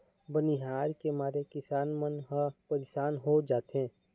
बनिहार के मारे किसान मन ह परसान हो जाथें